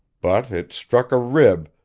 but it struck a rib,